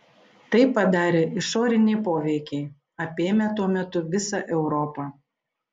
tai padarė išoriniai poveikiai apėmę tuo metu visą europą